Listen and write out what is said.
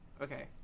Okay